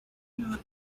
not